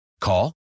Call